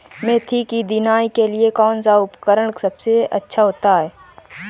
मेथी की निदाई के लिए कौन सा उपकरण सबसे अच्छा होता है?